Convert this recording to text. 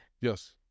Yes